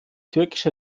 türkische